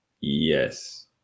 Yes